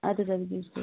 اَدٕ حظ اَدٕ حظ